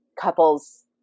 couples